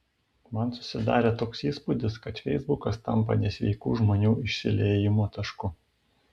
man susidarė toks įspūdis kad feisbukas tampa nesveikų žmonių išsiliejimo tašku